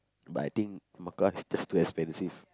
but I think Mecca is just too expensive